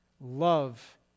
Love